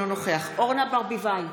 אינו נוכח אורנה ברביבאי,